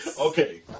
Okay